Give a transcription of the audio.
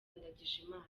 ndagijimana